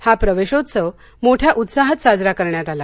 हा प्रवेशोत्सव मोठ्या उत्साहात साजरा करण्यात आला